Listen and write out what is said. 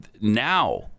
now